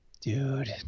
Dude